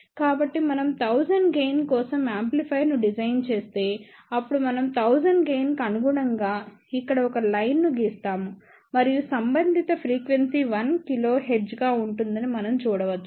కాబట్టి మనం 1000 గెయిన్ కోసం యాంప్లిఫైయర్ ను డిజైన్ చేస్తే అప్పుడు మనం 1000 గెయిన్ కి అనుగుణంగా ఇక్కడ ఒక లైన్ ను గీస్తాము మరియు సంబంధిత ఫ్రీక్వెన్సీ 1 kHz గా ఉంటుందని మనం చూడవచ్చు